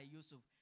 Yusuf